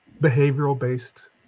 behavioral-based